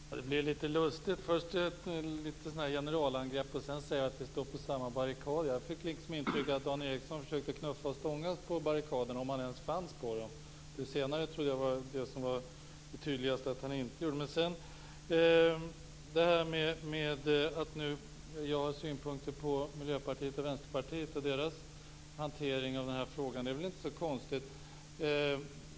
Herr talman! Det här blir litet lustigt. Efter att först ha gjort ett generalangrepp säger Dan Ericsson att vi står på samma barrikad. Jag fick intrycket att Dan Ericsson försökte knuffas och stångas på barrikaden, om han ens fanns där. Det senare uppfattade jag som tydligast, dvs. att han inte fanns där. Att jag har synpunkter på Miljöpartiets och Vänsterpartiets hantering av frågan är väl inte så konstigt.